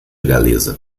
galesa